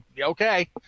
Okay